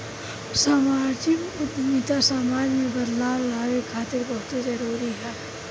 सामाजिक उद्यमिता समाज में बदलाव लावे खातिर बहुते जरूरी ह